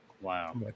Wow